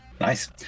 Nice